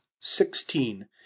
sixteen